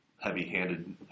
heavy-handed